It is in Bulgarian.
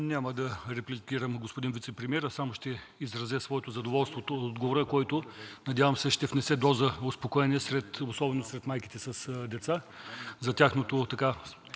Няма да репликирам господин вицепремиера, само ще изразя своето задоволство от отговора, който, надявам се, ще внесе доза успокоение особено сред майките с деца